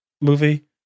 movie